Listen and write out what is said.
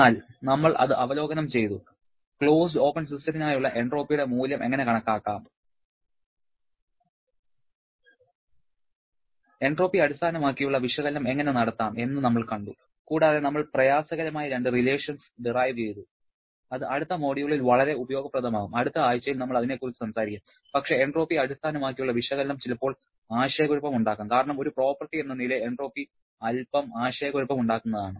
എന്നാൽ നമ്മൾ അത് അവലോകനം ചെയ്തു ക്ലോസ്ഡ് ഓപ്പൺ സിസ്റ്റത്തിനായുള്ള എൻട്രോപ്പിയുടെ മൂല്യം എങ്ങനെ കണക്കാക്കാം എൻട്രോപ്പി അടിസ്ഥാനമാക്കിയുള്ള വിശകലനം എങ്ങനെ നടത്താം എന്ന് നമ്മൾ കണ്ടു കൂടാതെ നമ്മൾ പ്രയാസകരമായ രണ്ട് റിലേഷൻസ് ഡിറൈവ് ചെയ്തു അത് അടുത്ത മൊഡ്യൂളിൽ വളരെ ഉപയോഗപ്രദമാകും അടുത്ത ആഴ്ചയിൽ നമ്മൾ അതിനെ കുറിച്ച് സംസാരിക്കും പക്ഷേ എൻട്രോപ്പി അടിസ്ഥാനമാക്കിയുള്ള വിശകലനം ചിലപ്പോൾ ആശയക്കുഴപ്പമുണ്ടാക്കാം കാരണം ഒരു പ്രോപ്പർട്ടി എന്ന നിലയിൽ എൻട്രോപ്പി അൽപ്പം ആശയകുഴപ്പം ഉണ്ടാക്കുന്നതാണ്